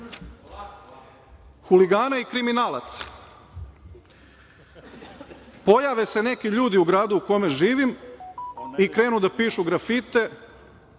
huligana i kriminalaca, pojave se neki ljudi u gradu u kome živim i krenu da pišu grafite,